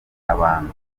abantu